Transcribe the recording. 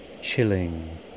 Chilling